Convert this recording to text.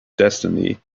destiny